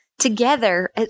Together